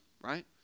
right